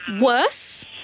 worse